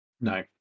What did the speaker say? No